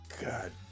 God